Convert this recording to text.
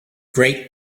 great